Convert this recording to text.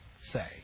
say